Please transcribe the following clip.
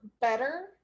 better